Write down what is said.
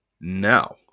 now